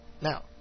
Now